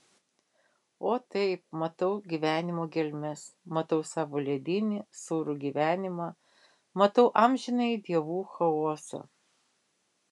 o taip matau gyvenimo gelmes matau savo ledinį sūrų gyvenimą matau amžinąjį dievų chaosą